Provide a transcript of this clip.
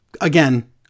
again